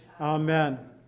Amen